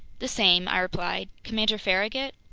the same, i replied. commander farragut?